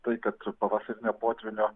tai kad su pavasariniu potvyniu